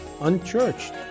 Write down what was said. unchurched